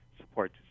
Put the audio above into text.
support